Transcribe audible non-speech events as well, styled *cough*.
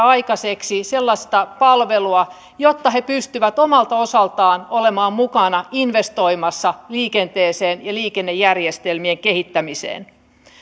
*unintelligible* aikaiseksi sellaista palvelua että he pystyvät omalta osaltaan olemaan mukana investoimassa liikenteeseen ja liikennejärjestelmien kehittämiseen